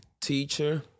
teacher